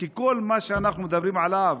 כי כל מה שאנחנו מדברים עליו